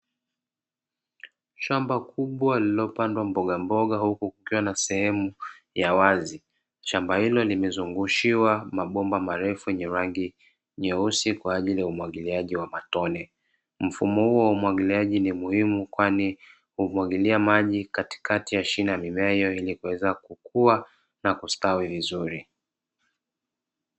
Shamba kubwa lililopandwa mboga huku kukiwa na sehemu ya wazi shamba hilo limezungushiwa mabomba marefu yenye rangi nyeusi kwa ajili ya umwagiliaji wa matone mfumo huo wa umwagiliaji ni muhimu kwani humwagilia maji katikati ya shina mimea ili kuweza kukuwa na kustawi vizuri.